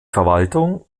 verwaltung